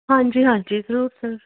ਹਾਂਜੀ ਹਾਂਜੀ ਜ਼ਰੂਰ ਸਰ